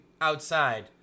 outside